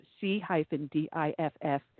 C-diff